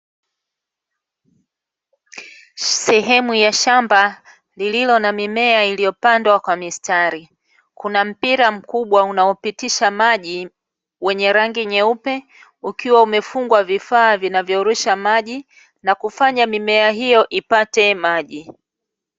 Sehemu ya shamba lililo na mimea iliyopandwa kwa mistari, kuna mpira mkubwa unaopitisha maji wenye rangi nyeupe ukiwa umefungwa vifaa vinavyorusha maji na kufanya mimea hio ipate maji.